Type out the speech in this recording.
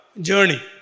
journey